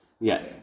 Yes